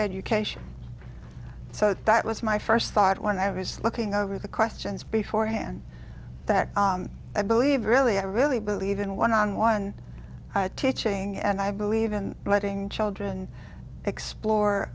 education so that was my first thought when i was looking over the questions beforehand that i believe really i really believe in a one on one teaching and i believe in letting children explore